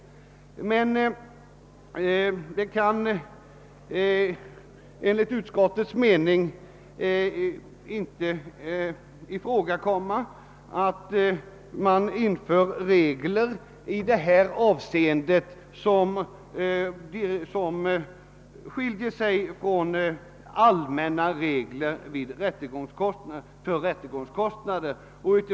Det kan emellertid enligt utskottets mening inte komma i fråga att i det avseeendet införa regler som skiljer sig från allmänna regler för rättegångskostnader.